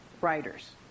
writers